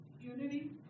Unity